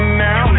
now